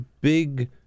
big